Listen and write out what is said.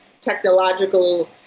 technological